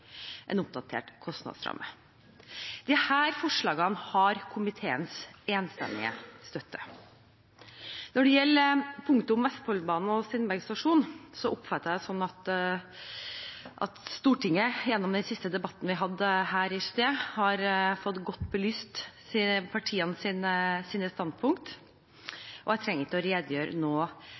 en oppdatert kostnadsramme. Disse forslagene har komiteens enstemmige støtte. Når det gjelder punktet om Vestfoldbanen og Steinberg stasjon, oppfatter jeg det sånn at Stortinget gjennom den siste debatten vi hadde her i sted, har fått godt belyst partienes standpunkter, og jeg trenger ikke å redegjøre